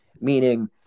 meaning